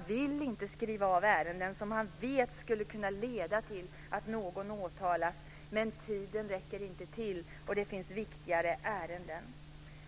Man vill inte skriva av ärenden som man vet skulle kunna leda till att någon åtalas, men tiden räcker inte till, och det finns viktigare ärenden.